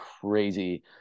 crazy